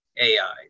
AI